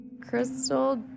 Crystal